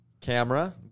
Camera